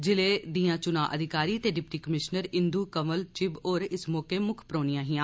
जिले दियां चुना अधिकारी ते डिप्टी कमीश्नर इन्दू कंवल चिब होर इस मौके मुक्ख परौहनियां हियां